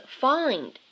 find